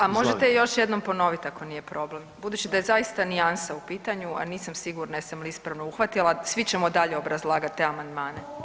A možete još jednom ponovit ako nije problem budući da je zaista nijansa u pitanju, a nisam sigurna jesam li ispravno uhvatila, svi ćemo dalje obrazlagat te amandmane.